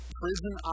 prison